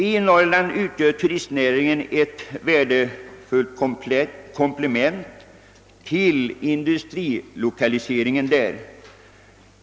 I Norrland utgör turistnäringen ett värdefullt komplement till industrilokaliseringen där.